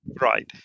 Right